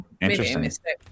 Interesting